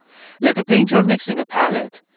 like a painter mixing a palette,